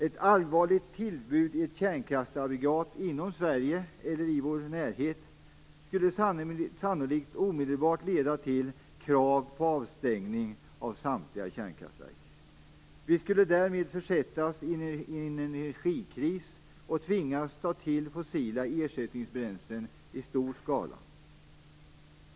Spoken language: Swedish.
Ett allvarligt tillbud i ett kärnkraftsaggregat inom Sverige eller i vår närhet skulle sannolikt omedelbart leda till krav på avstängning av samtliga kärnkraftverk. Vi skulle därmed försätta oss i en energikris och tvingas ta till fossila ersättningsbränslen i stor skala.